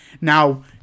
Now